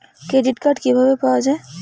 Credit card কিভাবে পাওয়া য়ায়?